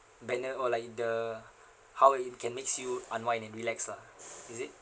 banner or like the how it can makes you unwind and relax lah is it